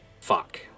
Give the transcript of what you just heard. Fuck